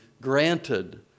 granted